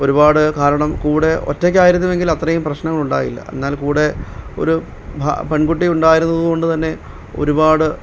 ഒരുപാട് കാരണം കൂടെ ഒറ്റക്കായിരുന്നുവെങ്കിൽ അത്രയും പ്രശ്നം ഉണ്ടായില്ല എന്നാൽ കൂടെ ഒരു ഭ പെൺകുട്ടി ഉണ്ടായിരുന്നതുകൊണ്ട് തന്നെ ഒരുപാട്